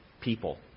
people